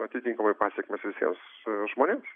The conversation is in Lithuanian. atitinkamai pasekmes visiems žmonėms